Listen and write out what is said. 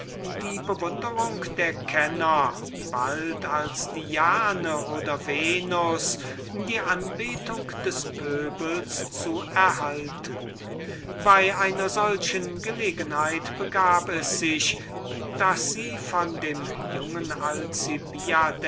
die bewunderung der kenner und die anbetung des pöbels zu erhalten bei einer solchen gelegenheit trug es sich zu daß sie von dem jungen